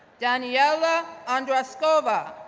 daniela ondraskova,